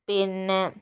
പിന്നെ